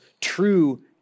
true